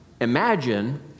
imagine